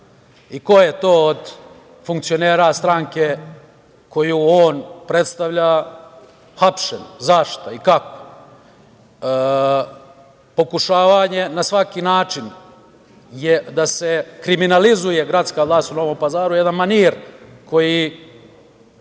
i ko je to od funkcionera stranke koju on predstavlja, hapšen, za šta i kako? Pokušavanje na svaki način da se kriminalizuje gradska vlast u Novom Pazaru je jedan manir koji